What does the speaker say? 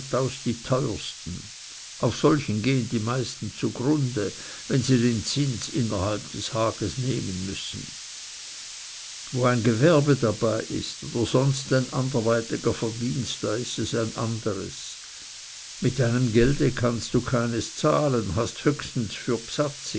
die teuersten auf solchen gehen die meisten zugrunde wenn sie den zins innerhalb des hages nehmen müssen wo ein gewerbe dabei ist oder sonst ein anderweitiger verdienst da ist es ein anderes mit deinem gelde kannst du keines zahlen hast höchstens für